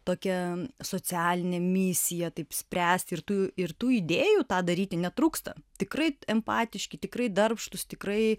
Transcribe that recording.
tokią socialinę misiją taip spręsti ir tų ir tų idėjų tą daryti netrūksta tikrai empatiški tikrai darbštūs tikrai